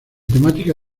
temática